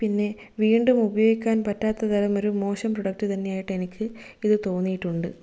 പിന്നെ വീണ്ടും ഉപയോഗിക്കാൻ പറ്റാത്ത തരം ഒരു മോശം പ്രൊഡക്ട് തന്നെ ആയിട്ട് എനിക്ക് ഇത് തോന്നിയിട്ടുണ്ട്